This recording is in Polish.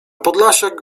podlasiak